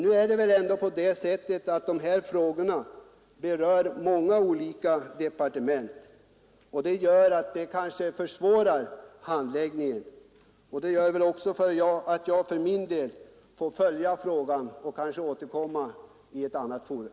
Om sysselsättnings Nu berör de här frågorna många olika departement, och det kanske skapande åtgärder försvårar handläggningen. Det gör väl också att jag för min del får följa i norra Bohuslän utvecklingen och kanske återkomma i ett annat forum.